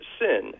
sin